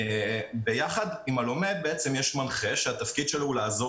ביחד עם הלומד יש מנחה שהתפקיד שלו לעזור